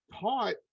taught